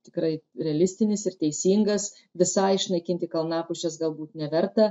tikrai realistinis ir teisingas visai išnaikinti kalnapušes galbūt neverta